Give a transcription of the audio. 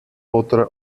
otra